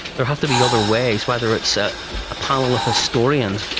there have to be other ways, whether it's so a panel of historians,